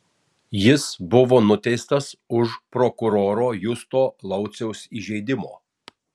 jis buvo nuteistas už prokuroro justo lauciaus įžeidimo